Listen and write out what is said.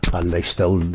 and they still,